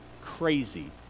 crazy